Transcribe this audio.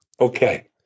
Okay